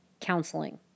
counseling